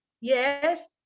Yes